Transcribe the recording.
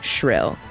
Shrill